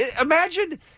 Imagine